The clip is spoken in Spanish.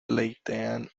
pleitean